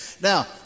Now